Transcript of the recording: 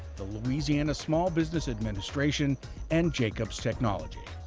the louisiana small business administration and jacobs technology.